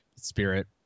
Spirit